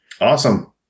Awesome